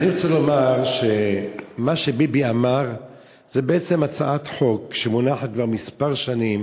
אני רוצה לומר שמה שביבי אמר זה בעצם הצעת חוק שמונחת כבר מספר שנים,